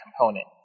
component